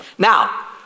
Now